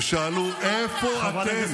ושאלו: איפה אתם?